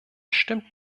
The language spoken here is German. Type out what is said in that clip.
stimmt